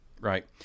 right